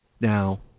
Now